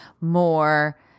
more